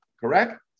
Correct